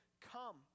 come